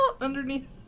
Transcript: underneath